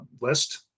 list